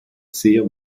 sehr